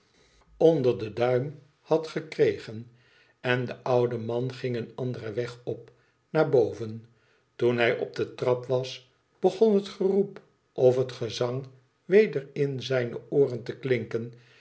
wsderzudsche vriend duim had gekregen en de oude man ging een anderen weg op naar boven toen hij op de trap was begon het geroep of het gezang weder in zijne ooren te klinken